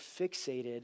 fixated